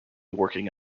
working